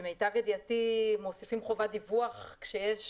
למיטב ידיעתי מוסיפים חובת דיווח כשיש